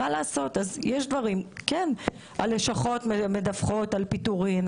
כן, הלשכות מדווחות על פיטורין.